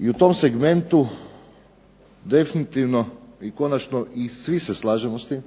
I u tom segmentu definitivno i konačno svi se slažemo sa tim